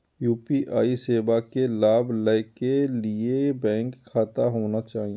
UPI सेवा के लाभ लै के लिए बैंक खाता होना चाहि?